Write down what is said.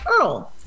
Earl